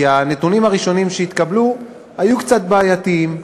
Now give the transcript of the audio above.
כי הנתונים הראשונים שהתקבלו היו קצת בעייתיים,